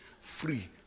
Free